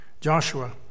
Joshua